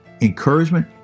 encouragement